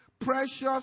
precious